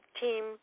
team